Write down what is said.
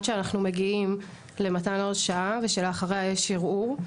שאנחנו מגיעים למתן הרשאה ושלאחריה יש ערעור.